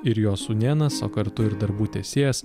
ir jo sūnėnas o kartu ir darbų tęsėjas